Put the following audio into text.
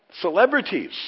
celebrities